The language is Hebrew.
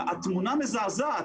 התמונה מזעזעת.